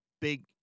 big